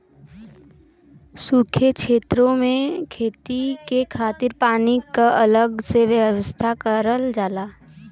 सूखे छेतरो में खेती के खातिर पानी क अलग से व्यवस्था करल जाला